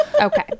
Okay